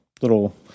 little